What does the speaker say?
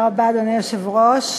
אדוני היושב-ראש,